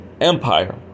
Empire